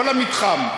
כל המתחם.